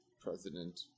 President